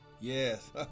Yes